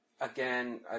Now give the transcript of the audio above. Again